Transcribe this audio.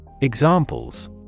Examples